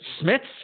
Smiths